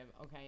Okay